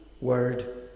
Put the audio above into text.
word